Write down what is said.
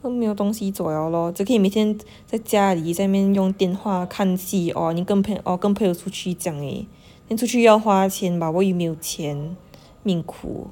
都没有东西做 liao lor 只可以每天在家里在那边用电话看戏 or 你跟 or 跟朋友出去这样而已 then 出去又要花钱 but 我又没有钱命苦